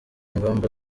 ingamba